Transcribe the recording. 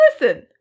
Listen